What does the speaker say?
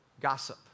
Gossip